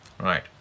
Right